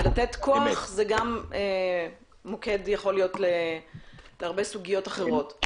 ולתת כוח זה יכול להיות מוקד להרבה סוגיות אחרות.